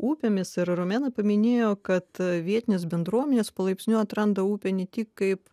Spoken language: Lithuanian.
upėmis ir romena paminėjo kad vietinės bendruomenės palaipsniui atranda upę ne tik kaip